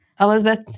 Elizabeth